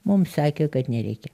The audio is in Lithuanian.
mum sakė kad nereikia